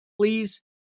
please